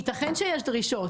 ייתכן שיש דרישות,